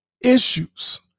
issues